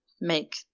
make